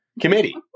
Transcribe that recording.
committee